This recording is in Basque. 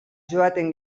joaten